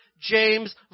James